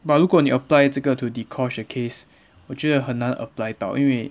but 如果你 apply 这个 to dee kosh 的 case 我觉得很难 apply 到因为